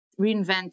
reinvent